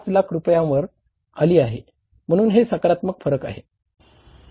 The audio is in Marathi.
5 लाख रुपयांवर आली आहे म्हणून हे सकारात्मक फरक आहे